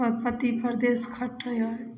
हमर पति प्रदेश खटै है